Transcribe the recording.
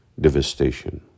devastation